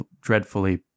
dreadfully